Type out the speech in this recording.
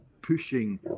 pushing